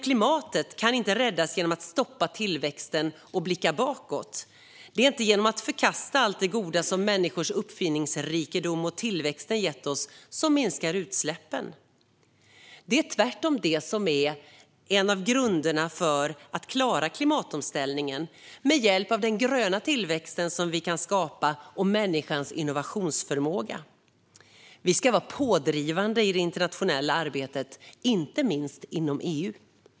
Klimatet kan inte räddas genom att stoppa tillväxten och blicka bakåt. Det är inte genom att förkasta allt det goda som människors uppfinningsrikedom och tillväxten gett oss som vi minskar utsläppen. Det är tvärtom det, alltså den gröna tillväxten som vi kan skapa och människans innovationsförmåga, som är en del av grunden i att klara klimatomställningen. Vi ska vara pådrivande i det internationella arbetet, inte minst inom EU.